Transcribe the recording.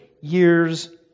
years